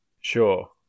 Sure